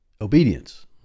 obedience